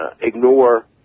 ignore